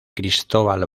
cristóbal